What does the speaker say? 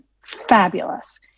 fabulous